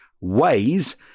ways